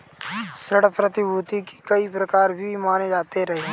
ऋण प्रतिभूती के कई प्रकार भी माने जाते रहे हैं